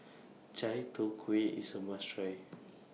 Chai Tow Kuay IS A must Try